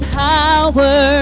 power